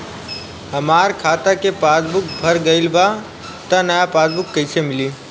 हमार खाता के पासबूक भर गएल बा त नया पासबूक कइसे मिली?